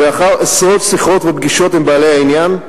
ולאחר עשרות שיחות ופגישות עם בעלי העניין,